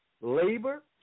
Labor